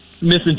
missing